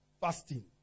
fasting